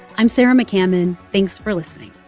i'm sarah mccammon. thanks for listening